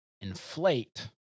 inflate